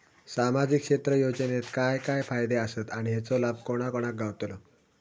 सामजिक क्षेत्र योजनेत काय काय फायदे आसत आणि हेचो लाभ कोणा कोणाक गावतलो?